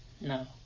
No